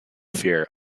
fear